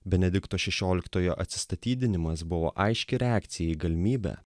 benedikto šešioliktojo atsistatydinimas buvo aiški reakcija į galimybę